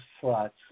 slots